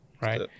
Right